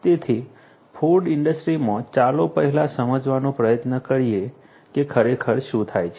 તેથી ફૂડ ઈન્ડસ્ટ્રીમાં ચાલો પહેલા સમજવાનો પ્રયત્ન કરીએ કે ખરેખર શું થાય છે